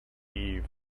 eve